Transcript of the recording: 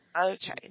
Okay